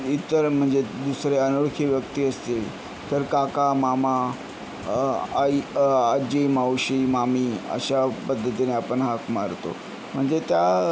इतर म्हणजे दुसरे अनोळखी व्यक्ती असतील तर काका मामा आई आजी मावशी मामी अशा पद्धतीने आपण हाक मारतो म्हणजे त्या